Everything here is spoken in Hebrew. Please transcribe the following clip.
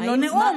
זה לא נאום.